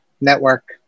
network